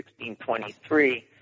1623